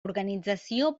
organització